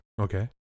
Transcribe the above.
Okay